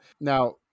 Now